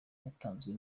yatanzwe